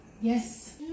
yes